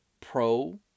pro